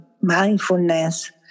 mindfulness